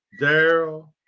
Daryl